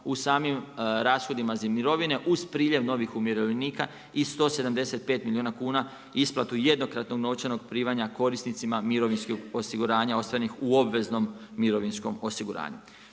u samim rashodima za mirovine uz priljev novih umirovljenika i 175 milijuna kuna isplatu jednokratnog novčanog primanja korisnicima mirovinskog osiguranja ostvarenih u obveznom mirovinskom osiguranju.